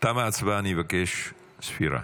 תמה ההצבעה, אני מבקש ספירה.